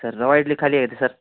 sir rava idli ಖಾಲಿ ಆಗಿದೆ sir